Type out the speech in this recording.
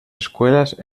escuelas